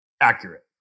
accurate